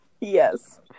Yes